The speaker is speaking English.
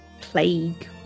plague